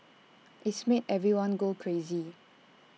it's made everyone go crazy